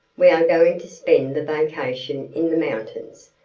we are going to spend the vacation in the mountains,